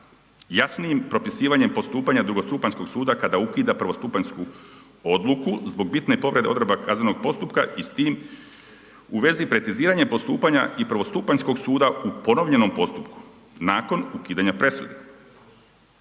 jasnijim propisivanjem postupanja drugostupanjskog suda kada ukida prvostupanjsku odluku zbog bitne povrede odredba kaznenog postupka i s tim u vezi preciziranje postupanja i prvostupanjskog suda u ponovljenom postupku nakon ukidanja presude.